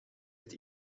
het